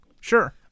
Sure